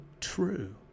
true